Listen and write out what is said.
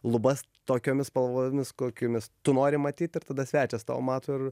lubas tokiomis spalvomis kokiomis tu nori matyt ir tada svečias tavo mato ir